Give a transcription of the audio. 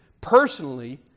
personally